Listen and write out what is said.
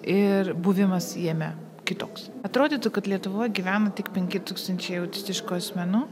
ir buvimas jame kitoks atrodytų kad lietuvoj gyvena tik penki tūkstančiai autistiškų asmenų